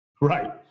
Right